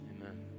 amen